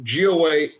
GOA